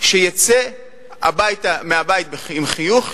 שיצא מהבית עם חיוך,